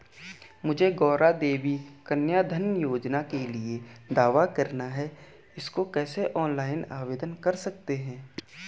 मुझे गौरा देवी कन्या धन योजना के लिए दावा करना है इसको कैसे ऑनलाइन आवेदन कर सकते हैं?